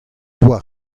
doa